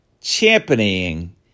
championing